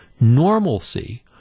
normalcy